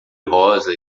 rosa